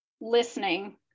listening